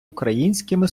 українськими